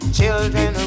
children